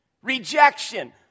Rejection